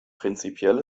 prinzipiell